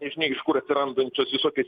nežinia iš kur atsirandančios visokios